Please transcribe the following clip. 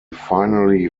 finally